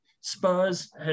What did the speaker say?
Spurs